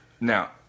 Now